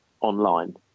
online